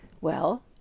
Well